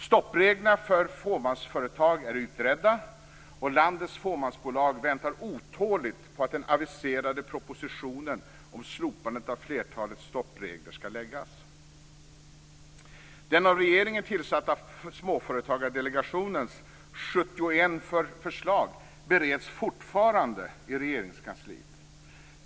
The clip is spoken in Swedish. Stoppreglerna för fåmansföretag är utredda, och landets fåmansbolag väntar otåligt på att den aviserade propositionen om slopandet av flertalet stoppregler skall läggas fram. Den av regeringen tillsatta Småföretagardelegationens 71 förslag bereds fortfarande i Regeringskansliet.